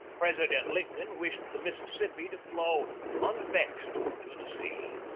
president lincoln wished the mis sissippi to flow unvexed to the sea.